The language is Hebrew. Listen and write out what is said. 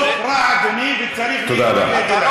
חוק רע, אדוני, וצריך להתנגד לו.